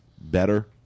better